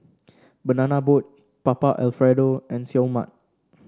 Banana Boat Papa Alfredo and Seoul Mart